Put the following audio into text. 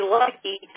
lucky